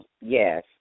Yes